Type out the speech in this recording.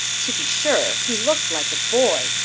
to be sure, he looked like a boy,